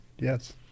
yes